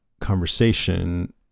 conversation